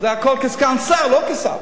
זה הכול כסגן שר, לא כשר.